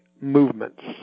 movements